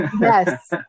Yes